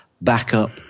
backup